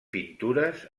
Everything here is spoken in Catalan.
pintures